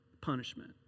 punishment